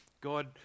God